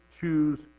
choose